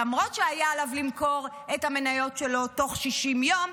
למרות שהיה עליו למכור את המניות שלו בתוך 60 יום,